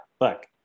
Look